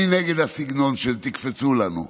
אני נגד הסגנון של "תקפצו לנו",